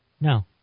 No